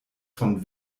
von